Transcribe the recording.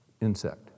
insect